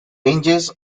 ranges